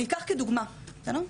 אני אקח כדוגמא, בסדר?